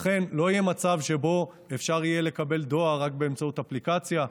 לכן לא יהיה מצב שבו אפשר יהיה לקבל דואר רק באמצעות אפליקציה.